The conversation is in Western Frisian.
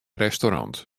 restaurant